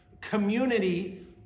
community